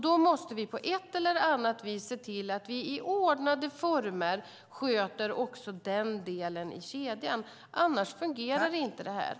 Då måste vi på ett eller annat vis se till att vi i ordnade former sköter också den delen i kedjan. Annars fungerar inte detta.